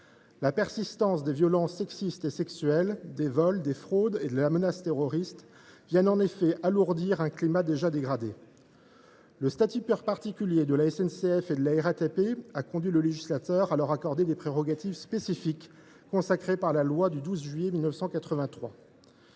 La persistance des violences sexistes et sexuelles, des vols, des fraudes et de la menace terroriste vient en effet alourdir un climat déjà dégradé. Le statut particulier de la SNCF et de la RATP a conduit le législateur à leur accorder des prérogatives spécifiques, consacrées par la loi du 12 juillet 1983.